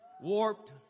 warped